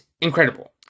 incredible